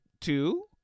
two